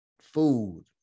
food